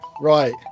Right